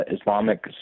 Islamic